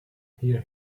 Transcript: hear